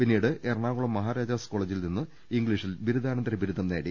പിന്നീട് എറ്റണ്ടാകുളം മഹാരാജാസ് കോളജിൽ നിന്ന് ഇംഗ്ളീഷിൽ ബിരുദാനന്തര ബിരുദം നേടി